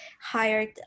hired